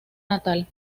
natal